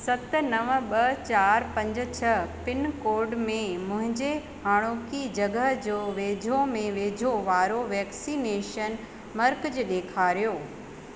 सत नव ॿ चारि पंज छह पिनकोड में मुंहिंजे हाणोकि जॻह जे वेझो में वेझो वारो वैक्सनेशन मर्कज़ ॾेखारियो